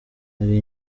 hari